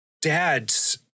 dads